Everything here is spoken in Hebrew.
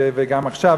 וגם עכשיו,